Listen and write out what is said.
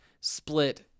split